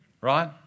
Right